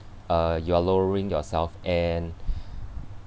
uh you're lowering yourself and